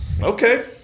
Okay